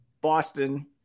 Boston